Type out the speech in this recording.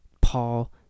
Paul